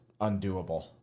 undoable